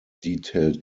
detailed